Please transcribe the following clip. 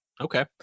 Okay